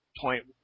point